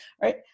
Right